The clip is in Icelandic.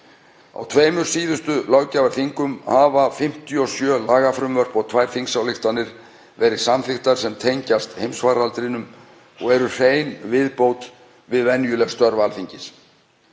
Á tveimur síðustu löggjafarþingum hafa 57 lagafrumvörp og tvær þingsályktanir verið samþykktar sem tengjast heimsfaraldrinum og eru hrein viðbót við venjuleg störf Alþingis.